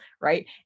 right